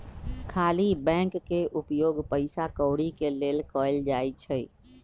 खाली बैंक के उपयोग पइसा कौरि के लेल कएल जाइ छइ